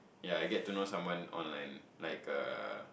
ya I get to know someone online like uh